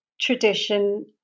tradition